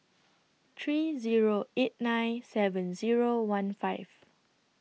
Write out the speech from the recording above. three Zero eight nine seven Zero one five